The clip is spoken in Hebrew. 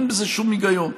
אין בזה שום היגיון.